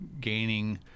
gaining